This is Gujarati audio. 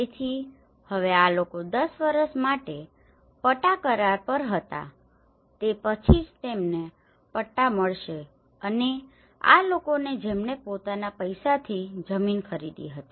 તેથી હવે આ લોકો 10 વર્ષ માટે પટા કરાર પર હતા તે પછી જ તેમને પટ્ટા મળશે અને આ લોકોને જેમણે પોતાના પૈસાથી જમીન ખરીદી હતી